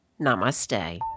Namaste